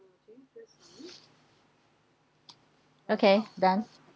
okay done